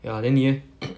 ya then 你 leh